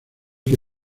que